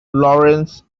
lawrence